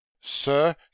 Sir